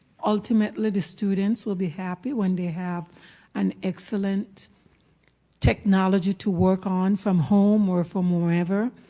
ultimately, the students will be happy when they have an excellent technology to work on from home or from wherever.